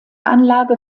anlage